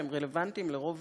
שהם רלוונטיים לרוב